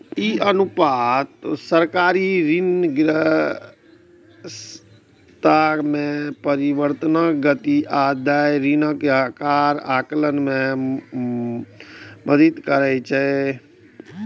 ई अनुपात सरकारी ऋणग्रस्तता मे परिवर्तनक गति आ देय ऋणक आकार आकलन मे मदति करै छै